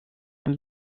and